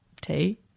tea